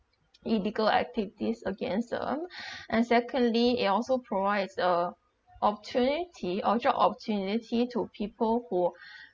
illegal activities against them and secondly it also provides uh opportunity or job opportunity to people who